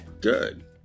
good